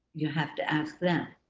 you have to ask them.